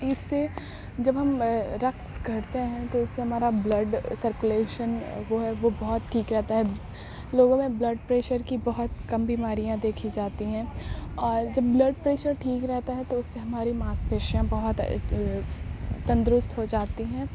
اس سے جب ہم رقص کرتے ہیں تو اس سے ہمارا بلڈ سرکولیشن وہ ہے وہ بہت ٹھیک رہتا ہے لوگوں میں بلڈ پریشر کی بہت کم بیماریاں دیکھی جاتی ہیں اور جب بلڈ پریشر ٹھیک رہتا ہے تو اس سے ہماری ماںس پیشیاں بہت تندرست ہو جاتی ہیں